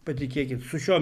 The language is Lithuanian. patikėkit su šiuo